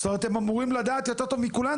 זאת אומרת, הם אמורים לדעת יותר טוב מכולנו.